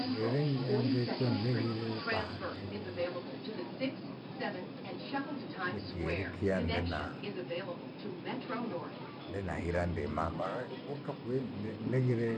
Kighere engiakio nileghire bahati mno, nikiirikia ndena, ndena hira ndima mara ehe evuka kwi nighire